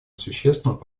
существенного